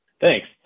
Thanks